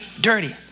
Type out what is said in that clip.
dirty